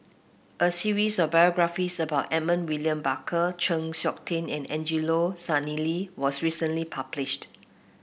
a series of biographies about Edmund William Barker Chng Seok Tin and Angelo Sanelli was recently published